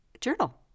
journal